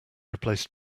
replaced